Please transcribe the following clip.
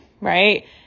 right